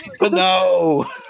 No